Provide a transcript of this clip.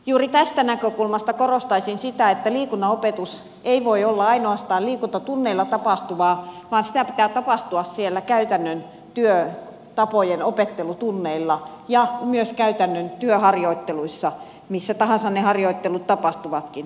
juuri tästä näkökulmasta korostaisin sitä että liikunnan opetus ei voi olla ainoastaan liikuntatunneilla tapahtuvaa vaan sitä pitää tapahtua siellä käytännön työtapojen opettelutunneilla ja myös käytännön työharjoitteluissa missä tahansa ne harjoittelut tapahtuvatkin